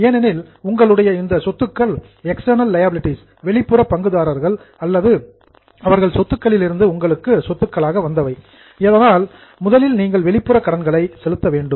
ஏனெனில் உங்களுடைய இந்த சொத்துக்கள் எக்ஸ்ட்டர்ணல் லியாபிலிடீஸ் வெளிப்புற பங்குதாரர்கள் அவர்கள் சொத்துக்களிலிருந்து உங்களுக்கு சொத்துக்களாக வந்தவை அதனால் முதலில் நீங்கள் வெளிப்புற கடன்களை செலுத்த வேண்டும்